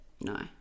No